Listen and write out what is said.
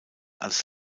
als